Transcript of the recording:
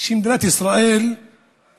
מדינת ישראל היא